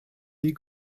die